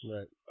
Right